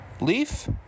Leaf